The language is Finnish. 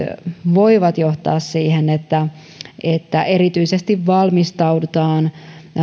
voivat johtaa siihen että että erityisesti valmistaudutaan